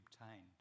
obtained